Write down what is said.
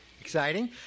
exciting